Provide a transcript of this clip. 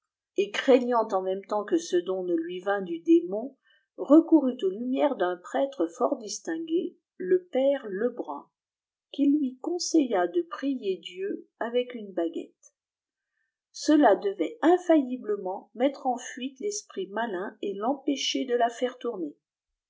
et craignant ea nême temps que ce don ne lui vînt du démon recourut aux lumières d un prêtie fort distingué le père lebrun qui lui cqnseilla de prier dieu ivec une baguette gtela devait infailliblement mettre en fiiîte fesprit malin et l'empêcher de la faire tourner